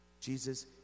Jesus